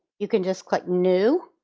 you can just click new.